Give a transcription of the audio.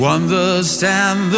understand